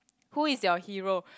who is your hero